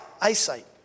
eyesight